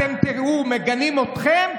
אתם תראו שמגנים אתכם.